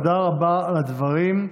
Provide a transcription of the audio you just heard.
תודה רבה על הדברים.